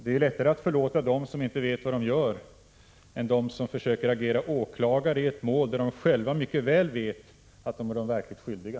Det är lättare att förlåta dem som inte vet vad de gör än dem som försöker agera åklagare i ett mål där de själva är de verkligt skyldiga.